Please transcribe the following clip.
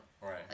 Right